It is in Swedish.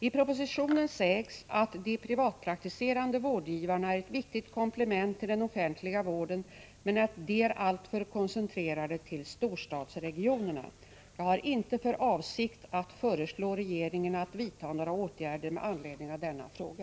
I propositionen sägs att de privatpraktiserande vårdgivarna är ett viktigt komplement till den offentliga vården men att de är alltför koncentrerade till storstadsregionerna. Jag har inte för avsikt att föreslå regeringen att vidta några åtgärder med anledning av denna fråga.